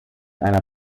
einer